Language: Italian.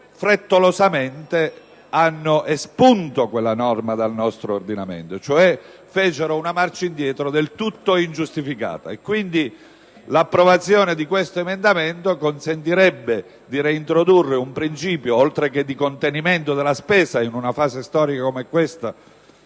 frettolosamente quella norma dal nostro ordinamento, ossia fecero una marcia indietro del tutto ingiustificata. Pertanto, l'approvazione dell'emendamento in esame consentirebbe di reintrodurre un principio, oltre che di contenimento della spesa - in una fase storica come questa